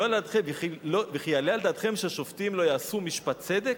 "לא יעשו משפט צדק?